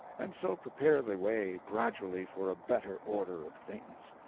and so prepare the way gradually for a better order of things.